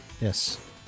Yes